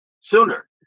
sooner